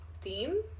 theme